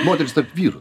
moterys tarp vyrų